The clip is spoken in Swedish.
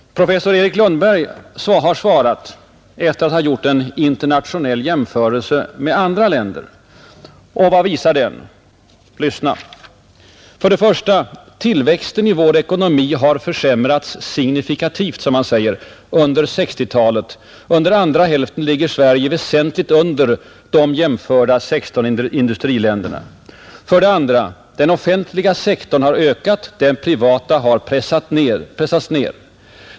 Professor Erik Lundberg har svarat efter att ha gjort en internationell jämförelse med andra länder. Och vad visar denna analys? 1. Tillväxten i vår ekonomi har försämrats ”signifikativt”, som han säger, under 1960-talet. Under andra hälften ligger Sverige väsentligt under de jämförda 16 industriländerna. 2. Den offentliga sektorn har ökat, den privata har pressats ner.